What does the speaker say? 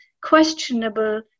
questionable